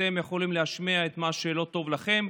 אתם יכולים להשמיע את מה שלא טוב לכם.